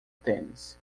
tênis